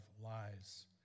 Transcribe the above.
lies